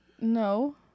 No